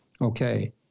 Okay